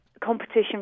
competition